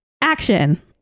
action